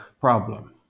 problem